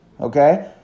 Okay